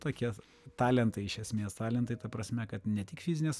tokie talentai iš esmės talentai ta prasme kad ne tik fizinės